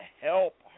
help